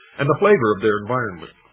and the flavor of their environment.